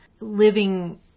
Living